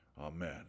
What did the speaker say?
amen